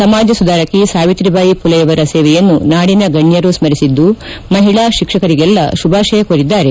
ಸಮಾಜ ಸುಧಾರಕಿ ಸಾವಿತ್ರಿಬಾಯಿ ಪುಲೆಯವರ ಸೇವೆಯನ್ನು ನಾಡಿನ ಗಣ್ಣರು ಸ್ಥರಿಸಿದ್ದು ಮಹಿಳಾ ಶಿಕ್ಷಕರಿಗಳಿಗೆಲ್ಲ ಶುಭಾಶಯ ಕೋರಿದ್ದಾರೆ